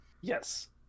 Yes